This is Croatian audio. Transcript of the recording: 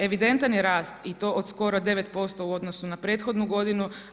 Evidentan je rast i to od skoro 9% u odnosu na prethodnu godinu.